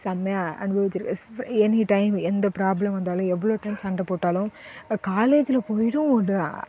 செம்மையா அனுபவிச்சுருக் எனிடைம் எந்த ப்ராப்ளம் வந்தாலும் எவ்வளோ டைம் சண்டை போட்டாலும் காலேஜில் போய்டும் அது